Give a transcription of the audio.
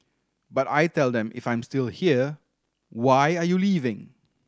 but I tell them if I'm still here why are you leaving